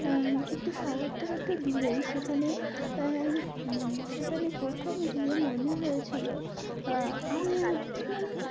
একটু শহরের একটু দূরেই সেখানে সেখানে প্রথম গিয়ে মনে হয়েছিলো আমি মানে